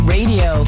Radio